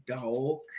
dog